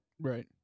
right